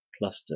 cluster